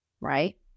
right